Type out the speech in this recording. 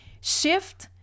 Shift